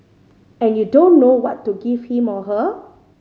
and you don't know what to give him or her